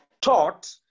taught